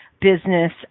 business